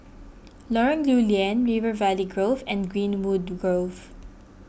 Lorong Lew Lian River Valley Grove and Greenwood Grove